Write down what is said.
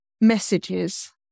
messages